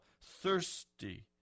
thirsty